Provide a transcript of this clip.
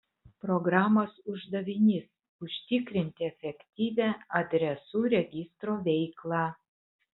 programos uždavinys užtikrinti efektyvią adresų registro veiklą